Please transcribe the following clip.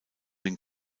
den